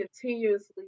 continuously